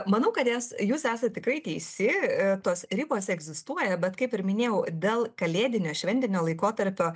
manau kad jas jūs esat tikrai teisi tos ribos egzistuoja bet kaip ir minėjau dėl kalėdinio šventinio laikotarpio